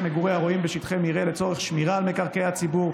מגורי הרועים בשטחי מרעה לצורך שמירה על מקרקעי הציבור,